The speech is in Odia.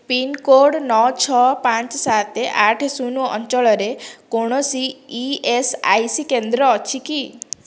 ପିନ୍କୋଡ଼୍ ନଅ ଛଅ ପାଞ୍ଚ ସାତ ଆଠ ଶୂନ ଅଞ୍ଚଳରେ କୌଣସି ଇଏସ୍ଆଇସି କେନ୍ଦ୍ର ଅଛି କି